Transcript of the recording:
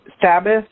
sabbath